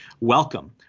Welcome